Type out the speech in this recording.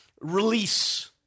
release